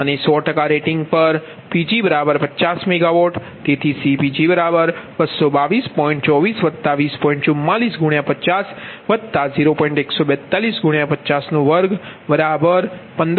અને 100 રેટિંગ પર Pg50 MWતેથી CPg222